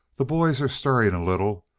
the boys are stirring a little.